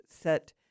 set